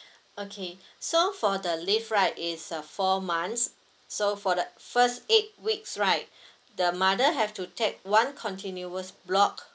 okay so for the leave right is uh four months so for the first eight weeks right the mother have to take one continuous block